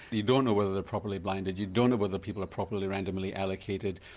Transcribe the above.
you don't know whether they are properly blinded, you don't know whether people are properly randomly allocated,